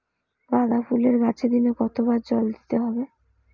গাদা ফুলের গাছে দিনে কতবার জল দিতে হবে?